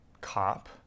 cop